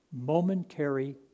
momentary